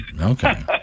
Okay